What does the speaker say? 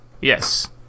Yes